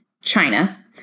China